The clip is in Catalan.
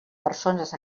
persones